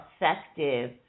effective